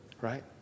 right